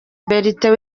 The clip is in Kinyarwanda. bertin